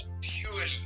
purely